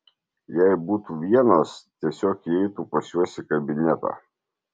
jei būtų vienas tiesiog įeitų pas juos į kabinetą